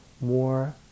more